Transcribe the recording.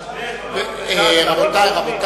רבותי, רבותי.